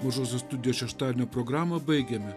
mažosios studijos šeštadienio programą baigiame